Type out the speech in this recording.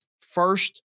first